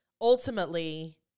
ultimately